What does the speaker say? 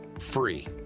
free